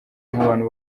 nk’abantu